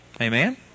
Amen